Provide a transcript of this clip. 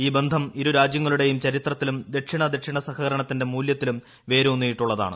ഈ ബന്ധം ഇരുരാജ്യങ്ങളുടെയും ചരിത്രത്തിലും ദക്ഷിണ ദക്ഷിണ സഹകരണത്തിന്റെ മൂല്യത്തിലും വേരൂന്നിയിട്ടുള്ളതാണ്